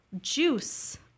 juice